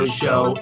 show